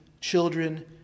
children